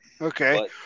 okay